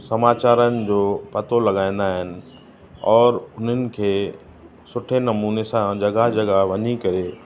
समाचारनि जो पतो लॻाईंदा आहिनि और उन्हनि खे सुठे नमूने सां जॻहि जॻहि वञी करे